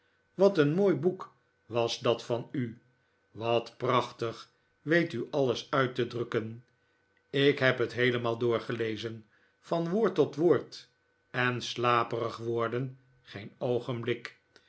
wat een mooi boek was dat van u wat prachtig weet u alles uit te drukken ik heb het heelemaal doorgelezen van woord tot woord en slaperig worden geen oogenblik